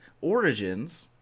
Origins